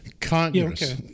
Congress